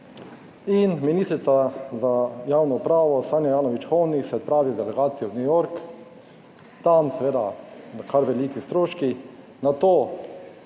in ministrica za javno upravo Sanja Ajanović Hovnik se odpravi z delegacijo v New York. Tam seveda kar veliki stroški. Na to